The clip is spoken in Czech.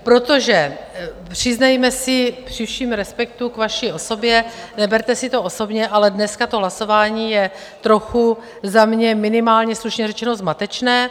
Protože přiznejme si při všem respektu k vaší osobě, neberte si to osobně, ale dneska to hlasování je trochu za mě minimálně slušně řečeno zmatečné.